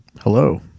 Hello